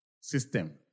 system